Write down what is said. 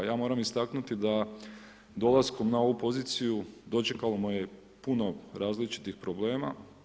Ja moram istaknuti da dolaskom na ovu poziciju dočekalo me je puno različitih problema.